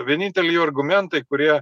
vieninteliai jų argumentai kurie